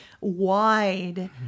wide